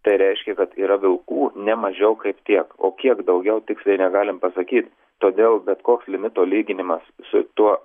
tai reiškia kad yra vilkų ne mažiau kaip tiek o kiek daugiau tiksliai negalim pasakyt todėl bet koks limito lyginimas su tuo